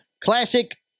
Classic